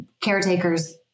caretakers